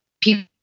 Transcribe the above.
people